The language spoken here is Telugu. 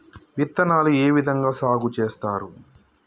విత్తనాలు ఏ విధంగా సాగు చేస్తారు?